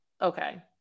Okay